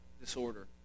disorder